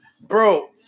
bro